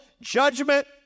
judgment